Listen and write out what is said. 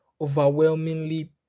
overwhelmingly